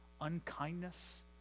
unkindness